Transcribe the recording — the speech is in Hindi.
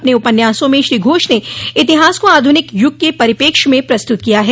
अपने उपन्यासों में श्री घोष ने इतिहास को आधुनिक युग के परिपेक्ष्य में प्रस्तुत किया है